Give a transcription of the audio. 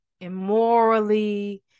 immorally